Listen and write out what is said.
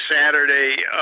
Saturday